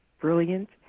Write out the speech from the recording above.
brilliant